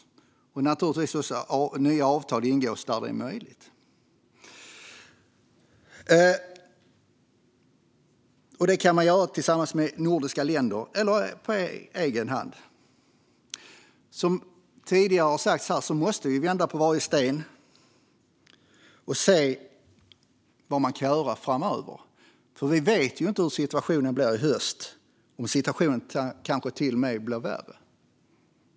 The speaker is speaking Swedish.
Det gäller naturligtvis också att ingå nya avtal där det är möjligt, och det kan man göra tillsammans med nordiska länder eller på egen hand. Som tidigare har sagts här måste vi vända på varje sten och se vad man kan göra framöver. Vi vet nämligen inte hur situationen blir i höst och om den kanske till och med blir värre.